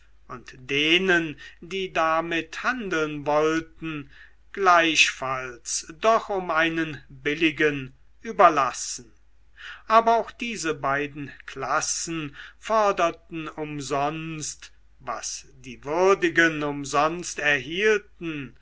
und denen die damit handeln wollten gleichfalls doch um einen billigen überlassen aber auch diese beiden klassen forderten umsonst was die würdigen umsonst erhielten